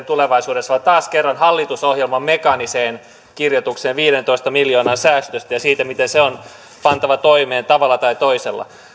tulevaisuudessa vaan taas kerran hallitusohjelman mekaaniseen kirjaukseen viidentoista miljoonan säästöstä ja siitä miten se on pantava toimeen tavalla tai toisella